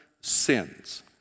sins